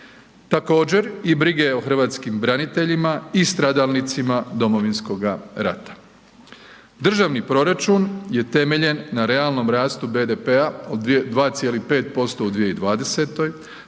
također i brige o hrvatskim braniteljima i stradalnicima Domovinskoga rata. Državni proračun je temeljen na realnom rastu BDP-a od 2,5% u 2020.